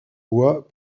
bois